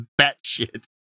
batshit